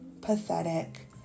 pathetic